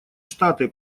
штаты